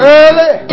early